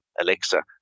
Alexa